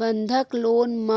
बंधक लोन म